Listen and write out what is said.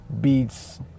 beats